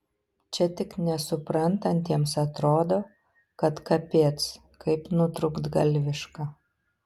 čia tik nesuprantantiems atrodo kad kapiec kaip nutrūktgalviška